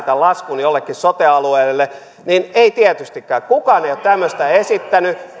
lähetän laskun jollekin sote alueelle niin ei tietystikään kukaan ei ole tämmöistä esittänyt